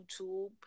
YouTube